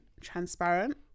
transparent